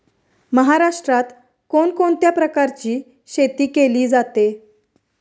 महाराष्ट्रात कोण कोणत्या प्रकारची शेती केली जाते?